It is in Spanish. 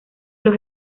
los